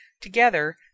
Together